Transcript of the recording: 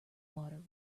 water